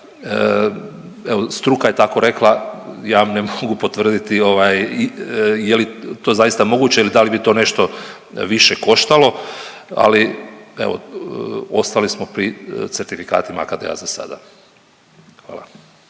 struka je tako rekla ja vam ne mogu potvrditi ovaj je li to zaista moguće i da li bi to nešto više koštalo, ali evo ostali smo pri certifikatima AKD-a za sada. Hvala.